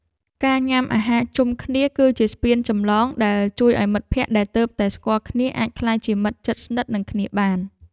ការញ៉ាំអាហារជុំគ្នាគឺជាស្ពានចម្លងដែលជួយឱ្យមិត្តភក្តិដែលទើបតែស្គាល់គ្នាអាចក្លាយជាមិត្តជិតស្និទ្ធនឹងគ្នាបាន។